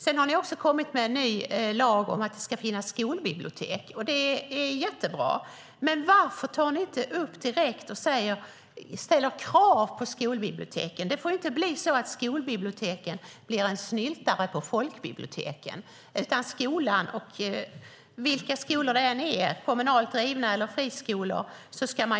Ni har kommit med en ny lag om att det ska finnas skolbibliotek. Det är jättebra. Men varför tar ni inte upp detta direkt och ställer krav på skolbiblioteken? Skolbiblioteken får inte bli en snyltare på folkbiblioteken. Skolan ska ha utbildad personal vilka skolor det än gäller - kommunala skolor eller friskolor.